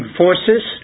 forces